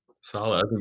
Solid